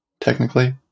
technically